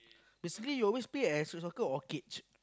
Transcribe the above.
basically you always play at street soccer or cage